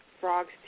Frogs